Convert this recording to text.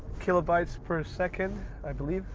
kilobytes per second, i believe